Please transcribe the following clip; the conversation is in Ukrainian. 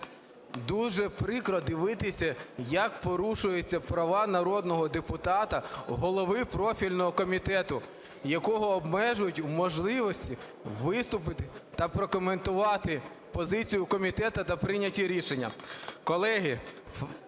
Дуже прикро дивитися, як порушуються права народного депутата, голови профільного комітету, якого обмежують в можливості виступити та прокоментувати позицію комітету та прийняті рішення. Колеги,